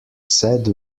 said